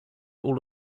all